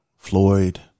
Floyd